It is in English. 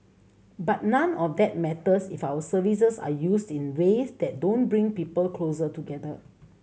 but none of that matters if our services are used in ways that don't bring people closer together